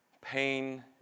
pain